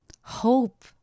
Hope